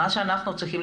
מה שאנחנו צריכים,